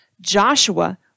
Joshua